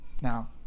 Now